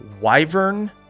wyvern